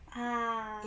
ah